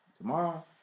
tomorrow